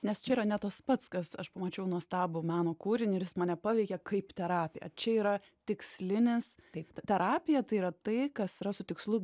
nes čia yra ne tas pats kas aš pamačiau nuostabų meno kūrinį ir jis mane paveikė kaip terapija čia yra tikslinis taip terapija tai yra tai kas yra su tikslu